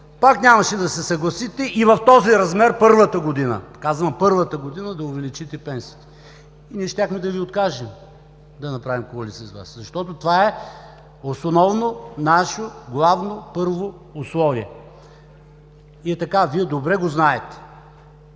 пак нямаше да се съгласите и в този размер първата година, казвам първата година, да увеличите пенсиите. Ние щяхме да Ви откажем да направим коалиция с Вас, защото това е основно наше главно, първо условие и Вие добре го знаете.